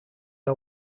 are